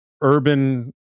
urban